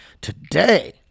today